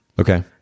Okay